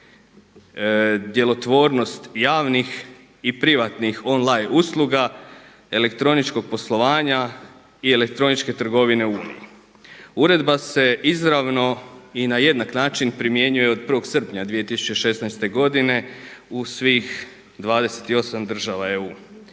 djelotvornost javnost i privatnih on line usluga elektroničkog poslovanja i elektroničke trgovine u uniji. Uredba se izravno i na jednak način primjenjuje od 1. srpnja 2016. godine u svih 28 država EU.